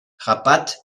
rabat